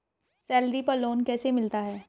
Salary पर loan कैसे मिलता है?